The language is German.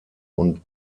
und